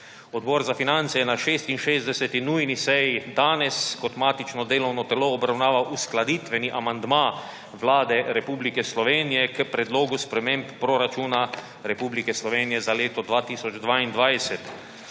Odbor za finance je na 66. nujni seji danes kot matično delovno telo obravnaval uskladitveni amandma Vlade Republike Slovenije k Predlogu sprememb proračuna Republike Slovenije za leto 2022.